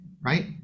right